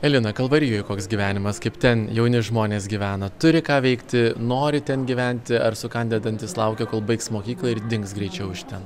elina kalvarijoj koks gyvenimas kaip ten jauni žmonės gyvena turi ką veikti nori ten gyventi ar sukandę dantis laukia kol baigs mokyklą ir dings greičiau iš ten